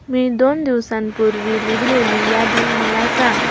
मी दोन दिवसांपूर्वी लिहिलेली यादी मला सांग